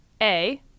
A-